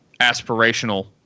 aspirational